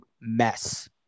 mess